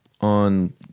on